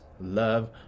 love